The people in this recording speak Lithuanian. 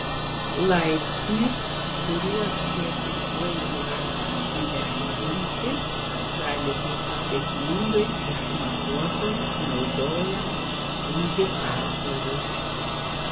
laipsnis kuriuo šie tikslai yra įgyvendinti gali būti sėkmingai išmatuotas naudojant indikatorius